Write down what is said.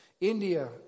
India